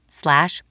slash